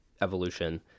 evolution